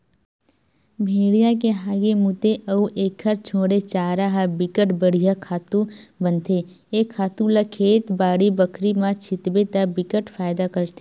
भेड़िया के हागे, मूते अउ एखर छोड़े चारा ह बिकट बड़िहा खातू बनथे ए खातू ल खेत, बाड़ी बखरी म छितबे त बिकट फायदा करथे